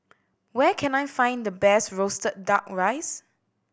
where can I find the best roasted Duck Rice